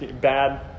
bad